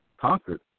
conquered